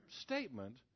statement